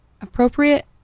appropriate